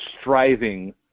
striving